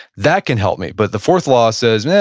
that can help me, but the fourth law says, yeah